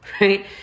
Right